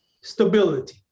stability